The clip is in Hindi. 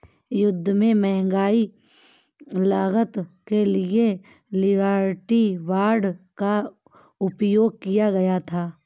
युद्ध की महंगी लागत के लिए लिबर्टी बांड का उपयोग किया गया था